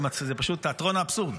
זה פשוט תיאטרון האבסורד,